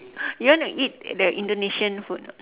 you want to eat the indonesian food